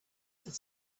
that